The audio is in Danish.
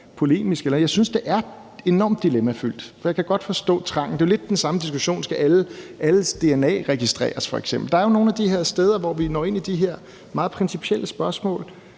polemisk, at det er enormt dilemmafyldt, for jeg kan godt forstå trangen. Det er jo lidt den samme diskussion som den om, om alles dna skal registreres. Der er jo nogle af de her steder, hvor vi når ind i de her meget principielle spørgsmål,